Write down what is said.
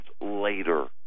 later